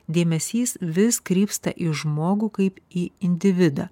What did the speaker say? dėmesys vis krypsta į žmogų kaip į individą